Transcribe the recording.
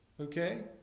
Okay